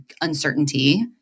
uncertainty